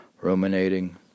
ruminating